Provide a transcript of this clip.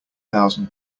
thousand